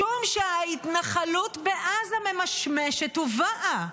משום שההתנחלות בעזה ממשמשת ובאה.